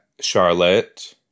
Charlotte